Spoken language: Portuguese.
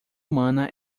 humana